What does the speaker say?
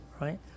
right